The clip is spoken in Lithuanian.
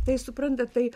tai suprantat tai